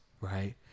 right